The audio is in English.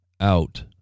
out